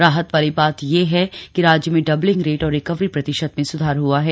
राहत वाली बात यह है कि राज्य में डबलिंग रेट और रिकवरी प्रतिशत में सुधार हुआ है